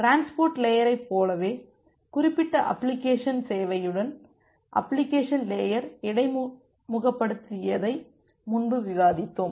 transport லேயரைப் போலவே குறிப்பிட்ட அப்ளிகேஷன் சேவையுடன் அப்ளிகேஷன் லேயர் இடைமுகப்படுத்தியதை முன்பு விவாதித்தோம்